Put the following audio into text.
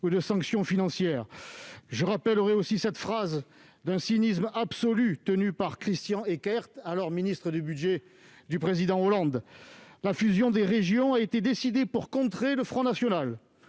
ou de sanctions financières. Je rappellerai aussi cette phrase d'un cynisme absolu prononcée par Christian Eckert, alors ministre du budget du président Hollande :« La fusion des régions a été décidée pour contrer le Front national.